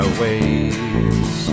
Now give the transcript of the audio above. ways